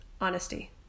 honesty